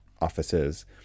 offices